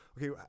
okay